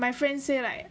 my friend say like